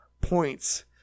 points